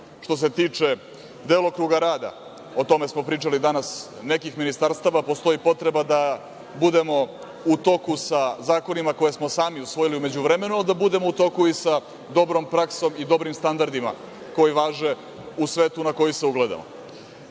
što se tiče delokruga rada, o tome smo pričali danas, nekih ministarstava, postoji potreba da budemo u toku sa zakonima koje smo sami usvojili u međuvremenu, a da budemo u toku i sa dobrom praksom i dobrim standardima koji važe u svetu na koji se ugledamo. Što